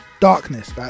darkness